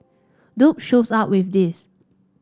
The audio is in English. dude shows up with this